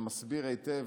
שמסביר היטב,